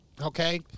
Okay